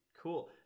Cool